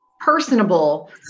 personable